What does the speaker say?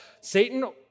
Satan